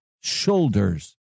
shoulders